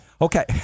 Okay